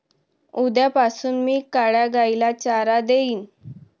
उद्यापासून मी काळ्या गाईला चारा देईन